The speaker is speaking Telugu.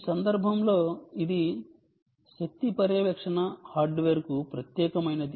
ఈ సందర్భంలో ఇది శక్తి పర్యవేక్షణ హార్డ్వేర్కు ప్రత్యేకమైనది